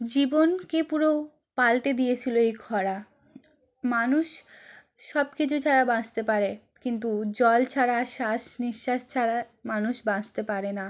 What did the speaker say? জীবনকে পুরো পালটে দিয়েছিলো এই খরা মানুষ সব কিছু ছাড়া বাঁচতে পারে কিন্তু জল ছাড়া শ্বাস নিঃশ্বাস ছাড়া মানুষ বাঁচতে পারে না